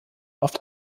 oft